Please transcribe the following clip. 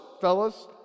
fellas